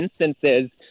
instances